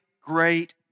great